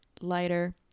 lighter